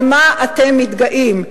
על מה אתם מתגאים?